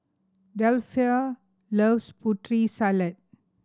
Delpha loves Putri Salad